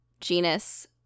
genus